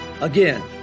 Again